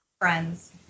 friends